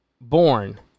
born